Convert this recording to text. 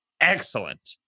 Excellent